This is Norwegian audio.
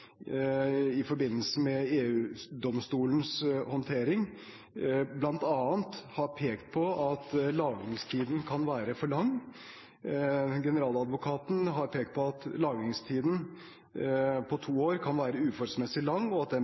i forbindelse med EU-domstolens håndtering bl.a. er pekt på at lagringstiden kan være for lang. Generaladvokaten har pekt på at lagringstiden på to år kan være uforholdsmessig lang, og at den